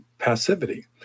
passivity